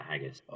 haggis